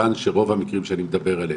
מכיוון שרוב המקרים שאני מדבר עליהם,